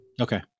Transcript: Okay